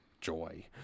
joy